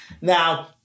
Now